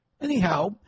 anyhow